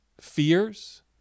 fears